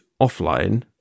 offline